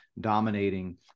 dominating